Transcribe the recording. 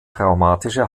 traumatische